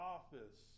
Office